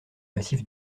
massif